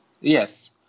yes